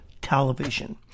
television